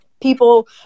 people